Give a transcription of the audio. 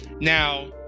Now